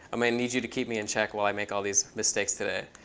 i mean need you to keep me in check while i make all these mistakes today.